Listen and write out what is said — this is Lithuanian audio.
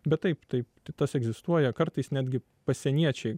bet taip taip tas egzistuoja kartais netgi pasieniečiai